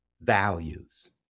values